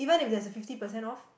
even if there's a fifty percent off